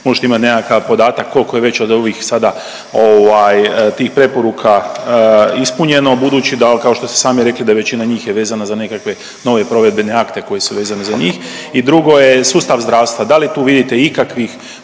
možda imate nekakav podatak koliko je već od ovih sada ovaj, tih preporuka ispunjeno budući da, kao što ste i sami rekli, da je većina njih je vezana za nekakve nove provedbene akte koji su vezani za njih i drugo je sustav zdravstva, da li tu vidite ikakvih